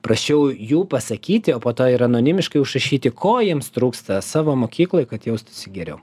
prašiau jų pasakyti o po to ir anonimiškai užrašyti ko jiems trūksta savo mokykloj kad jaustųsi geriau